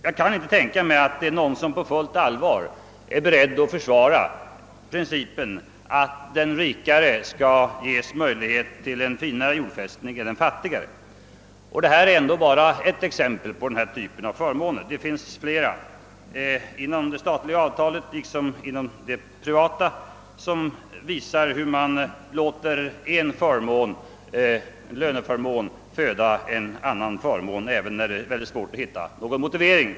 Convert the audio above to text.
Jag kan inte tänka mig att någon på fullt allvar är beredd att försvara principen att den rike skall ges möjlighet till en finare jordfästning än den fattige. Det här är bara ett exempel när det gäller denna typ av förmåner. Det finns flera inom de statliga avtalen liksom inom de privata, som visar hur man låter en löneförmån föda en annan förmån, även när det är mycket svårt att hitta någon motivering.